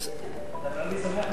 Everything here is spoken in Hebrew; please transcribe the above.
בגלל זה אתה עצוב, אתה נראה לי שמח מאוד.